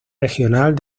regional